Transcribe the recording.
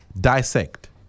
dissect